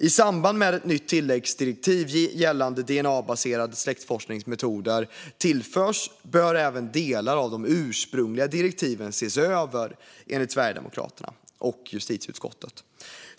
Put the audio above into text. I samband med att ett nytt tilläggsdirektiv gällande dna-baserade släktforskningsmetoder tillförs bör även delar av de ursprungliga direktiven ses över, enligt Sverigedemokraterna och justitieutskottet.